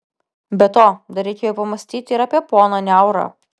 be to dar reikėjo pamąstyti ir apie poną niaurą